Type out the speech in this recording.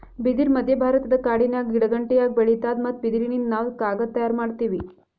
ಬಿದಿರ್ ಮಧ್ಯಭಾರತದ ಕಾಡಿನ್ಯಾಗ ಗಿಡಗಂಟಿಯಾಗಿ ಬೆಳಿತಾದ್ ಮತ್ತ್ ಬಿದಿರಿನಿಂದ್ ನಾವ್ ಕಾಗದ್ ತಯಾರ್ ಮಾಡತೀವಿ